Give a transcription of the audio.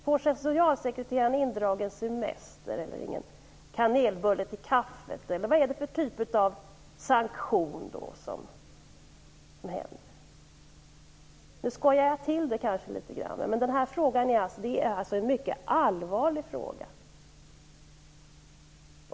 Får socialsekreteraren indragen semester eller ingen kanelbulle till kaffet? Vilken typ av sanktion blir det? Jag skojar litet grand, men det här är en mycket allvarlig fråga.